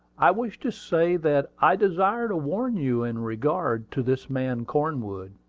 i wish to say that i desire to warn you in regard to this man cornwood,